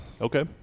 Okay